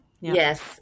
Yes